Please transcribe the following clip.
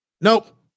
Nope